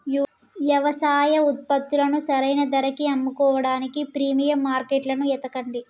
యవసాయ ఉత్పత్తులను సరైన ధరకి అమ్ముకోడానికి ప్రీమియం మార్కెట్లను ఎతకండి